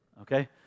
Okay